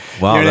Wow